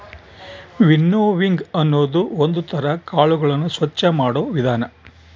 winnowing ಅನ್ನೋದು ಒಂದ್ ತರ ಕಾಳುಗಳನ್ನು ಸ್ವಚ್ಚ ಮಾಡೋ ವಿಧಾನ